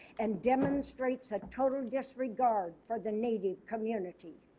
and demonstrates a total disregard for the native community.